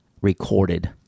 recorded